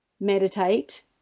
meditate